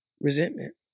resentment